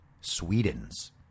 Sweden's